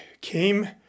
came